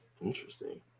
Interesting